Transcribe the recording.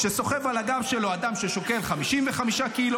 שסוחב על הגב שלו אדם ששוקל 55 קילו,